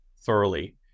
thoroughly